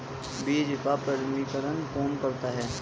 बीज का प्रमाणीकरण कौन करता है?